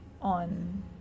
on